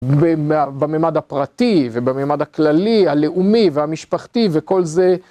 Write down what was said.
במימד הפרטי ובמימד הכללי, הלאומי והמשפחתי וכל זה.